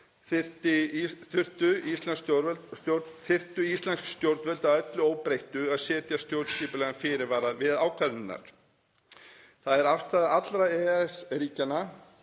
þyrftu íslensk stjórnvöld að öllu óbreyttu að setja stjórnskipulegan fyrirvara við ákvarðanirnar. Það er afstaða allra EFTA-ríkjanna